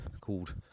called